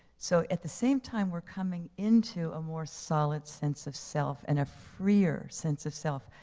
so at the same time we're coming into a more solid sense of self and ah freer sense of self.